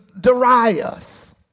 Darius